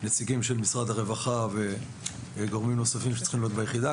נציגים של משרד הרווחה וגורמים נוספים שצריכים להיות ביחידה.